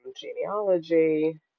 genealogy